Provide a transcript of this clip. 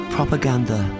Propaganda